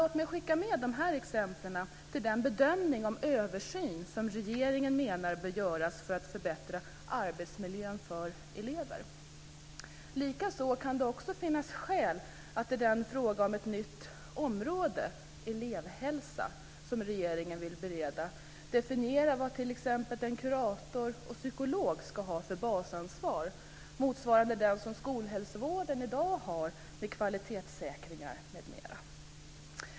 Låt mig skicka med dessa exempel till den bedömning om översyn som regeringen menar bör göras för att förbättra arbetsmiljön för elever. Likaså kan det finna skäl att i den fråga om ett nytt område - elevhälsa - som regeringen vill bereda definiera vad t.ex. en kurator och psykolog ska ha för basansvar, motsvarande den som skolhälsovården i dag har med kvalitetssäkringar m.m.